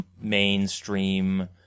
mainstream